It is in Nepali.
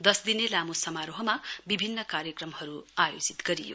दश दिने लामो समारोहमा विभिन्न कार्यक्रमहरू आयोजित गरियो